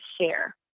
share